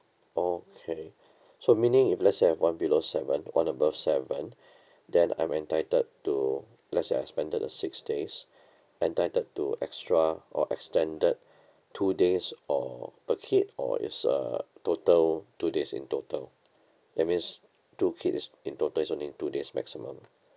okay so meaning if let's say I have one below seven one above seven then I'm entitled to let's say I expanded a six days entitled to extra or extended two days or a kid or it's a total two days in total that means two kid is in total it's only two days maximum